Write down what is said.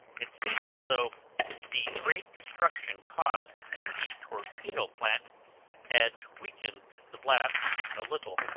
it seemed as though the great destruction caused in the torpedo plant had weakened the blast a little,